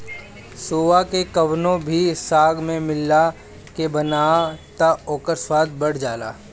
सोआ के कवनो भी साग में मिला के बनाव तअ ओकर स्वाद बढ़ जाला